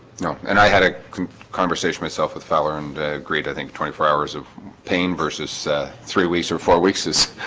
no, and i had a conversation myself with fowler and greed i think twenty four hours of pain versus three weeks or four weeks is,